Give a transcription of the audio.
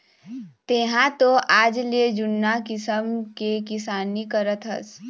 तेंहा तो आजले जुन्ना किसम के किसानी करत हस